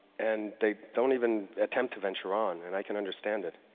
and they don't even attempt to venture on, and i can understand it.